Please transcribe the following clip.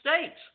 States